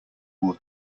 war